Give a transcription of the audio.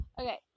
Okay